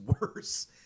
worse